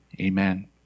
Amen